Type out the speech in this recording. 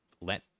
let